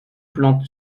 plante